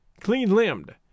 clean-limbed